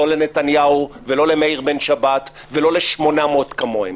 לא לנתניהו ולא למאיר בן שבת ולא ל-800 כמוהם.